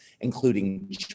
including